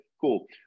cool